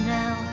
now